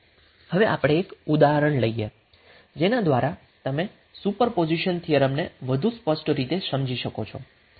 હવે આપણે એક ઉદાહરણ લઈએ જેના દ્વારા તમે સુપર પોઝિશન થિયરમને વધુ સ્પષ્ટ રીતે સમજી શકશો